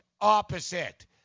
opposite